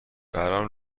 برام